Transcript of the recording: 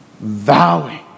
vowing